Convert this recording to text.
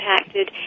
impacted